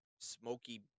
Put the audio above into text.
smoky